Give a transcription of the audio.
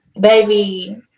Baby